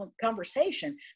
conversation